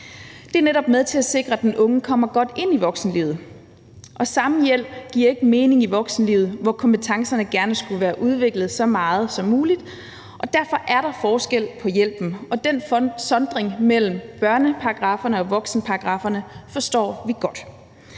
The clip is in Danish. Det er netop med til at sikre, at den unge kommer godt ind i voksenlivet, og samme hjælp giver ikke mening i voksenlivet, hvor kompetencerne gerne skulle være udviklet så meget som muligt. Derfor er der forskel på hjælpen, og den sondring mellem børneparagrafferne og